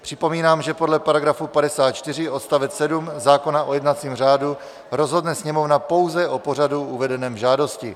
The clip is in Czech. Připomínám, že podle § 54 odst. 7 zákona o jednacím řádu rozhodne Sněmovna pouze o pořadu uvedeném v žádosti.